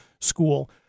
school